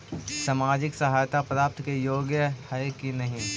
सामाजिक सहायता प्राप्त के योग्य हई कि नहीं?